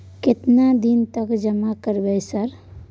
केतना दिन तक जमा करबै सर?